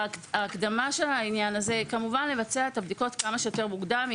ההקדמה של העניין הזה היא כמובן לבצע את הבדיקות כמה שיותר מוקדם.